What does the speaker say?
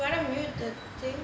you want to mute the thing